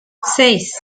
seis